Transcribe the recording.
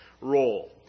role